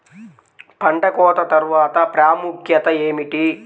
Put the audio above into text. పంట కోత తర్వాత ప్రాముఖ్యత ఏమిటీ?